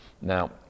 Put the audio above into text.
Now